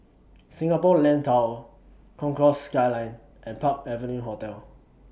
Singapore Land Tower Concourse Skyline and Park Avenue Hotel